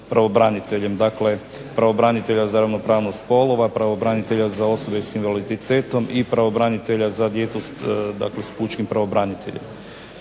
pravobraniteljem, dakle pravobranitelja za ravnopravnost spolova, pravobranitelja za osobe s invaliditetom i pravobraniteljica za djecu dakle s pučkim pravobraniteljem.